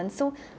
so